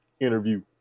interview